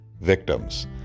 victims